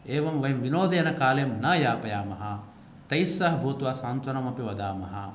एवं वयं विनोदेन कालं न यापयामः तैः सह भूत्वा सान्त्वनमपि वदामः